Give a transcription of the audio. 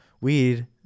weed